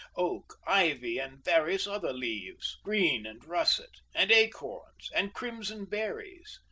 oak, ivy, and various other leaves, green and russet, and acorns and crimson berries.